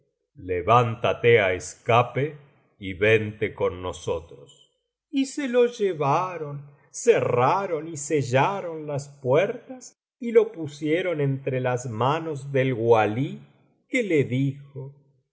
levántate á escape y vente con nosotros y se lo llevaron cerraron y sellaron las puertas y lo pusieron entre las manos del walí que le dijo